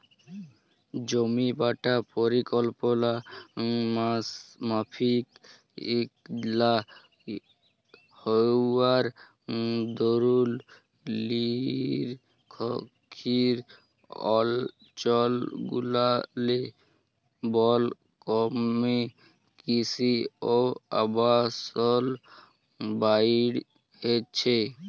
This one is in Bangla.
জমিবাঁটা পরিকল্পলা মাফিক লা হউয়ার দরুল লিরখ্খিয় অলচলগুলারলে বল ক্যমে কিসি অ আবাসল বাইড়হেছে